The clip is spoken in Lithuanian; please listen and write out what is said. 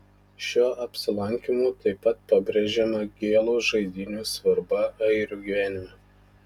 šiuo apsilankymu taip pat pabrėžiama gėlų žaidynių svarba airių gyvenime